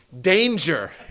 Danger